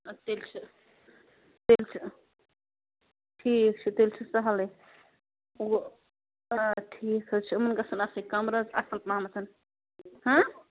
اَدٕ تیٚلہِ چھِ تیٚلہِ چھِ ٹھیٖک چھُ تیٚلہِ چھُ سہلٕے وۅنۍ آ ٹھیٖک حظ چھُ یِمَن گَژھَن آسٕنۍ کَمرٕ حظ اَصٕل پاہمتھ